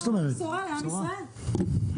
יש בשורה לעם ישראל.